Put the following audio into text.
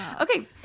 Okay